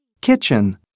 Kitchen